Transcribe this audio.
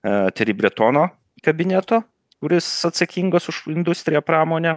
teri bretono kabineto kuris atsakingas už industriją pramonę